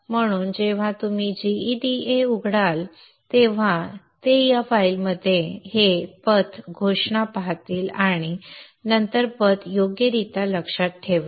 म्हणून जेव्हा gEDA उघडेल तेव्हा ते या फाईलमध्ये हे पथ घोषणा पाहतील आणि नंतर पथ योग्यरित्या लक्षात ठेवेल